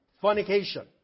Fornication